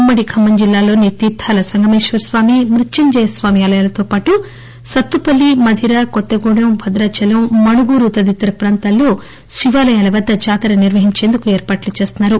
ఉమ్మడి ఖమ్మం జిల్లాలోని తీర్థాల సంగమేశ్వరస్వామి మృత్యంజయస్వామి ఆలయాలతోపాటు సత్తుపల్లి మదిర కొత్తగూడెం భదాచలం మణుగూరు తదితర ప్రాంతాల్లో శివాలయాల వద్ద జాతర నిర్వహించేందుకు ఏర్పాట్లు చేస్తున్నారు